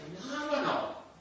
phenomenal